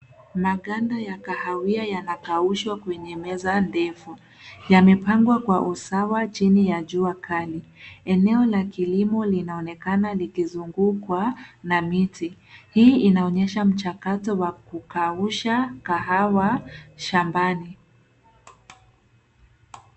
Maganda ya kahawia yanakaushwa kwenye meza ndefu, yamepangwa kwa usawa chini ya jua kali. Eneo la kilimo linaonekana likizungukwa na miti, hii inaonyesha mchakato wa kukausha kahawa shambani.